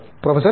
professor B